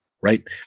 right